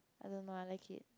I don't know I like it